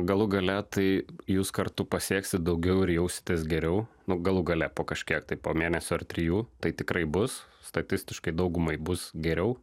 galų gale tai jūs kartu pasieksit daugiau ir jausitės geriau galų gale po kažkiek tai po mėnesio ar trijų tai tikrai bus statistiškai daugumai bus geriau